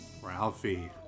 Ralphie